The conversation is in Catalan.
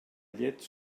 llet